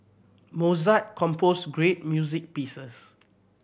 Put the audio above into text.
Mozart composed great music pieces